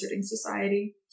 society